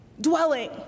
dwelling